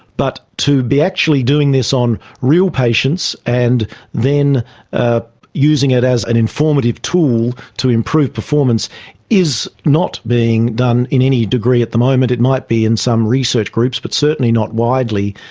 but to be actually doing this on real patients and then ah using it as an informative tool to improve performance is not being done in any degree at the moment. it might be in some research groups but certainly not widely.